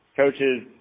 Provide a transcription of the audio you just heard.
coaches